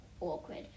awkward